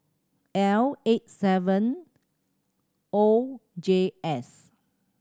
L eight seven O J S